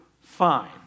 Fine